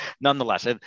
Nonetheless